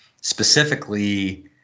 specifically